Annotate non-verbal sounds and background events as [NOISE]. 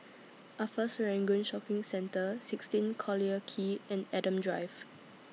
[NOISE] Upper Serangoon Shopping Centre sixteen Collyer Quay and Adam Drive